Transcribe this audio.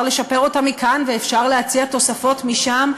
לשפר אותה מכאן ואפשר להציע תוספות משם,